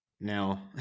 Now